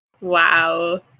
Wow